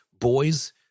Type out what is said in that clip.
boys